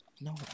No